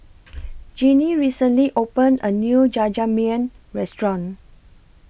Jeanine recently opened A New Jajangmyeon Restaurant